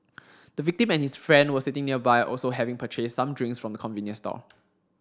the victim and his friend were sitting nearby also having purchased some drinks from the convenience store